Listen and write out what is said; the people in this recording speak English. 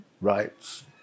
rights